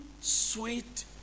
sweet